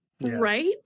Right